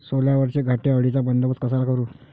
सोल्यावरच्या घाटे अळीचा बंदोबस्त कसा करू?